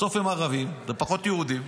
בסוף הם ערבים, ופחות יהודים,